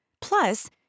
Plus